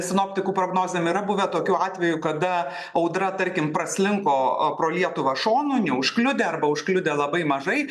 sinoptikų prognozėm yra buvę tokių atvejų kada audra tarkim praslinko pro lietuvą šonu neužkliudė arba užkliudė labai mažai